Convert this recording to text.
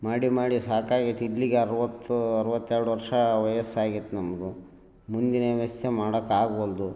ಮಾಡಿ ಮಾಡಿ ಸಾಕಾಗೈತಿ ಇಲ್ಲಿಗೆ ಅರವತ್ತು ಅರವತ್ತೆರಡು ವರ್ಷ ವಯಸ್ಸಾಗೈತೆ ನಮಗು ಮುಂದಿನ ವ್ಯವಸ್ತೆ ಮಾಡೋಕ್ ಆಗವಲ್ದು